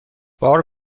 بار